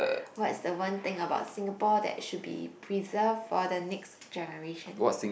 what's the one thing about Singapore that should be preserved for the next generation